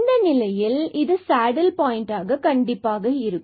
இந்த நிலையில் எனவே இது சேடில் பாயிண்ட் ஆக கண்டிப்பாக இருக்கும்